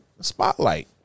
spotlight